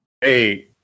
Hey